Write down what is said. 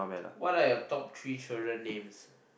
what are your top three children names